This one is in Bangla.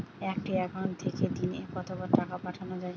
একটি একাউন্ট থেকে দিনে কতবার টাকা পাঠানো য়ায়?